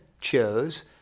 chose